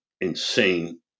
insane